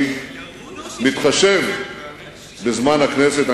אני מתחשב בזמן הכנסת.